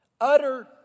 Utter